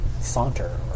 saunter